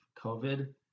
COVID